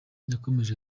yakomeje